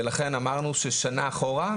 ולכן אמרנו ששנה אחורה,